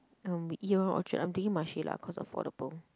um we eat around Orchard I'm thinking Marche lah cause affordable